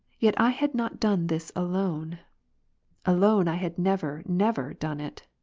yet i had not done this alone alone i had never never done it.